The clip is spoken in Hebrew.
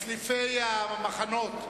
מצליפי המחנות,